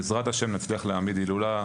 בעזרת השם נצליח להעמיד הילולה.